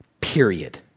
period